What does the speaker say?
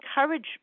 encourage